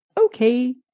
okay